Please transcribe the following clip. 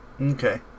Okay